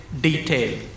detail